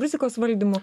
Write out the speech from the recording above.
rizikos valdymu